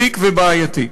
מזיק ובעייתי.